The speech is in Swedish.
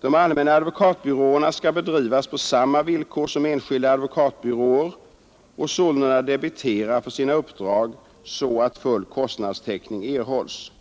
De allmänna advokatbyråerna skall drivas på samma villkor som enskilda advokatbyråer och alltså debitera för sina uppdrag, så att full kostnadstäckning erhålls.